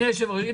אני